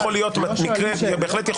באמת.